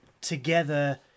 together